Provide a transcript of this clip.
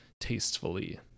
tastefully